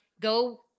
Go